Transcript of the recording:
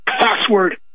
password